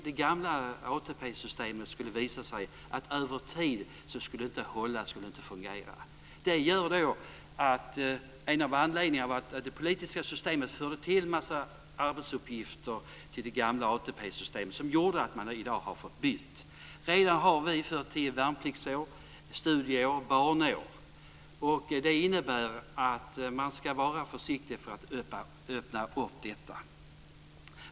Det gamla ATP-systemet visade att det över tid inte skulle hålla. Det politiska systemet förde en mängd arbetsuppgifter till det gamla ATP systemet som har lett till att vi i dag har fått byta. Vi har fört till värnpliktsår, studieår och barnår. Det innebär att man ska vara försiktig.